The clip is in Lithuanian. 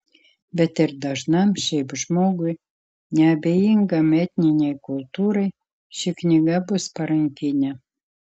bet ir dažnam šiaip žmogui neabejingam etninei kultūrai ši knyga bus parankinė